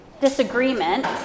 disagreement